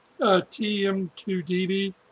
TM2DB